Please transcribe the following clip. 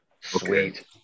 Sweet